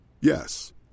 Yes